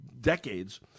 decades